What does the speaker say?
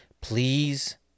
please